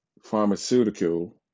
pharmaceutical